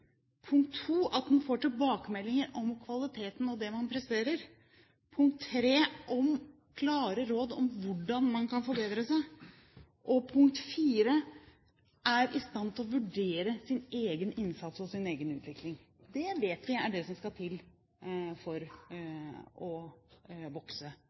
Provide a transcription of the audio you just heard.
får tilbakemeldinger om kvaliteten på det man presterer at man får klare råd om hvordan man kan forbedre seg at man er i stand til å vurdere sin egen innsats og sin egen utvikling Dette vet vi er det som skal til for å vokse.